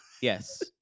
Yes